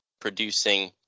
producing